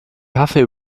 kaffee